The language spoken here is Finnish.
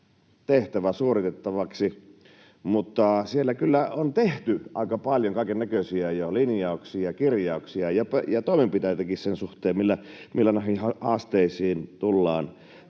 tehtävä suoritettavaksi. Mutta siellä kyllä on jo tehty aika paljon kaikennäköisiä linjauksia, kirjauksia ja toimenpiteitäkin sen suhteen, millä näihin haasteisiin tullaan